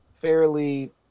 fairly